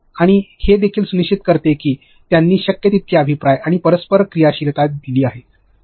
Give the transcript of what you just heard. आणि हे देखील सुनिश्चित करते की त्यांनी शक्य तितके अभिप्राय आणि परस्पर क्रियाशीलता दिली आहे